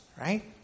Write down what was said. right